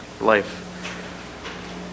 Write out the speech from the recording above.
life